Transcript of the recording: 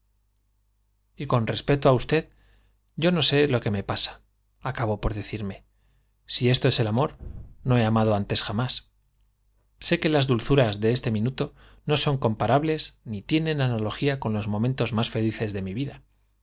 y con respecto á v yo no sé si ésto es el amor no he acabó por decirme sé las dulzuras de este amado antes jamás que minuto no son comparables ni tienen analogía con ios momentos más felices de mi vida